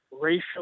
racial